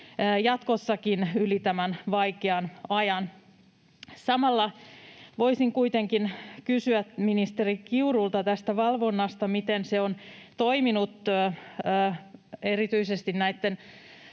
jatkossakin yli tämän vaikean ajan. Samalla voisin kuitenkin kysyä ministeri Kiurulta tästä valvonnasta, miten se on toiminut erityisesti näitten